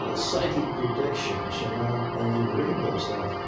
ah psychic predictions, you know and you'd read those things,